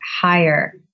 higher